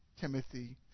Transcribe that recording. Timothy